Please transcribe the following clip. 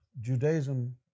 Judaism